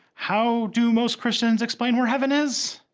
how do most christians explain where heaven is?